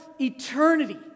eternity